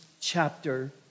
chapter